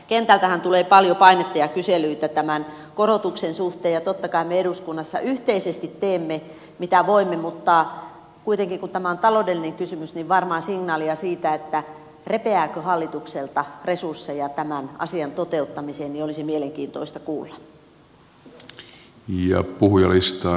kentältähän tulee paljon painetta ja kyselyitä tämän korotuksen suhteen ja totta kai me eduskunnassa yhteisesti teemme mitä voimme mutta kun tämä on kuitenkin taloudellinen kysymys niin signaalia siitä repeääkö hallitukselta resursseja tämän asian toteuttamiseen olisi mielenkiintoista saada